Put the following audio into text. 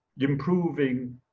improving